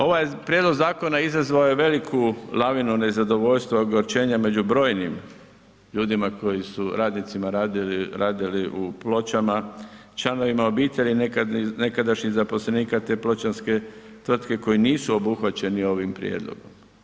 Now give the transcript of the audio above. Ovaj prijedlog zakona izazvao je veliku lavinu nezadovoljstva i ogorčenja među brojnim ljudima, radnicima koji su radili u Pločama, članovima obitelji nekadašnjih zaposlenika te pločanske tvrtke koji nisu obuhvaćeni ovim prijedlogom.